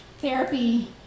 therapy